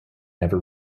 never